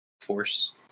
force